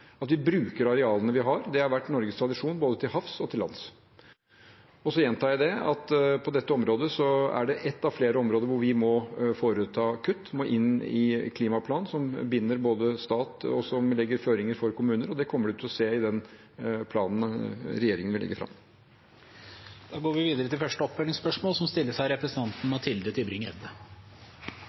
At vi bruker arealene vi har, har vært Norges tradisjon både til havs og til lands. Så gjentar jeg at dette området er et av flere områder hvor vi må foreta kutt. Det må inn i en klimaplan som både binder staten og legger føringer for kommuner, og det kommer man til å se i den planen regjeringen vil legge fram. Mathilde Tybring-Gjedde – til oppfølgingsspørsmål. Når regjeringen lovet et forsterket klimamål, var det nok mange som